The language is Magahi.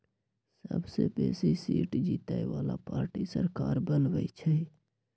सबसे बेशी सीट जीतय बला पार्टी सरकार बनबइ छइ